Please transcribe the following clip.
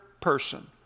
person